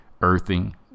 earthing